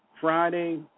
Friday